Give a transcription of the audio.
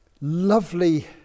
lovely